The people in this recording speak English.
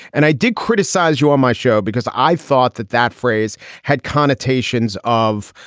and i did criticize you on my show because i thought that that phrase had connotations of,